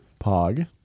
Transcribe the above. Pog